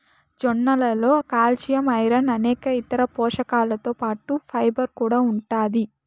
జొన్నలలో calcium, iron అనేక ఇతర పోషకాలతో పాటు ఫైబర్ కూడా ఉంటాది